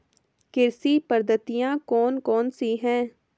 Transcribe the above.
कृषि पद्धतियाँ कौन कौन सी हैं?